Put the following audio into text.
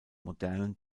modernen